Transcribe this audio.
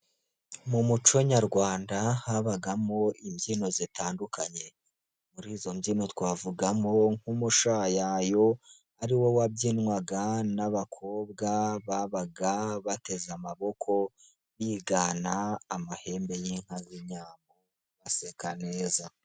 Mu muco nyarwanda habagamo imbyino zitandukanye, muri izo mbyino twavugamo nk'Umushayayo, ari wo wabyinwaga n'abakobwa babaga bateze amaboko, bigana amahembe y'inka z'inyambo baseka neza.